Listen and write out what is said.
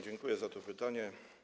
Dziękuję za to pytanie.